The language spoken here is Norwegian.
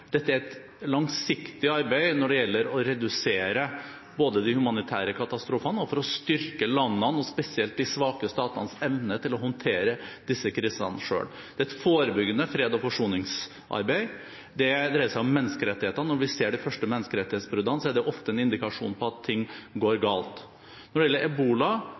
er et langsiktig arbeid når det gjelder både å redusere de humanitære katastrofene og å styrke landenes – spesielt de svakeste statenes – evne til å håndtere disse krisene selv. Det er et forebyggende freds- og forsoningsarbeid. Det dreier seg om menneskerettighetene: Når vi ser de første bruddene på menneskerettighetene, er det ofte en indikasjon på at ting går galt. Når det gjelder ebola,